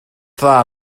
dda